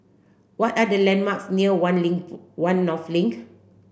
what are the landmarks near One One North Link